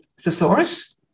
thesaurus